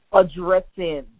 addressing